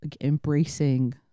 embracing